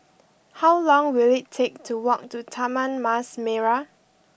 how long will it take to walk to Taman Mas Merah